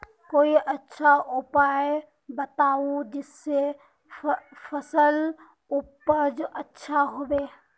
कोई अच्छा उपाय बताऊं जिससे फसल उपज अच्छा होबे